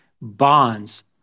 Bonds